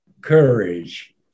courage